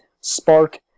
Spark